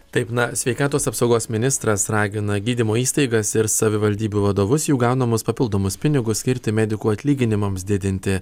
taip na sveikatos apsaugos ministras ragina gydymo įstaigas ir savivaldybių vadovus jau gaunamus papildomus pinigus skirti medikų atlyginimams didinti